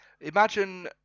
Imagine